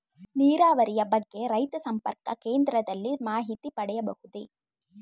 ನೀರಾವರಿಯ ಬಗ್ಗೆ ರೈತ ಸಂಪರ್ಕ ಕೇಂದ್ರದಲ್ಲಿ ಮಾಹಿತಿ ಪಡೆಯಬಹುದೇ?